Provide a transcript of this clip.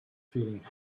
feeling